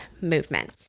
movement